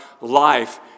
life